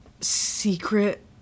secret